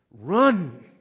Run